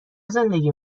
زندگی